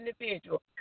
individual